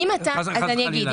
חס וחלילה.